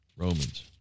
Romans